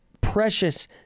precious